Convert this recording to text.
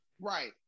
right